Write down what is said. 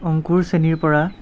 অংকুৰ শ্ৰেণীৰ পৰা